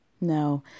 No